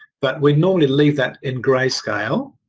but we'd normally leave that in greyscale.